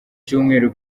cyumweru